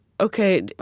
okay